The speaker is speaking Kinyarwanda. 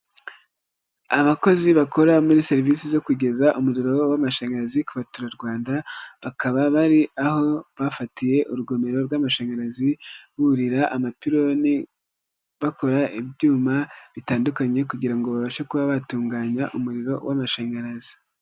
Abakozi bakora muri serivisi zo kugeza umuriro w'amashanyarazi ku baturarwanda, bakaba bari aho bafatiye urugomero rw'amashanyarazi buririra amapironi, bakora ibyuma bitandukanye, kugira ngo babashe kuba batunganya umuriro w'amashanyarazi.